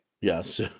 Yes